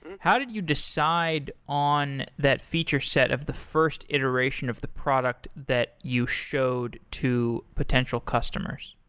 how did you decide on that feature set of the first iteration of the product that you showed to potential customers?